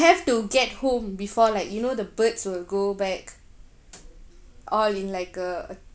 have to get home before like you know the birds will go back all in like a